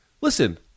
Listen